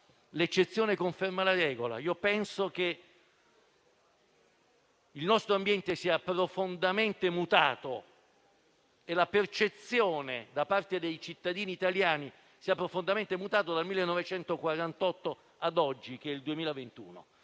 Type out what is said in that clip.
l'eccezione conferma la regola. Penso che il nostro ambiente sia profondamente mutato e che la percezione da parte dei cittadini italiani sia profondamente mutata dal 1948 ad oggi, nel 2021.